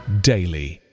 daily